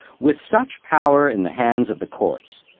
with such power in the hands of the courts,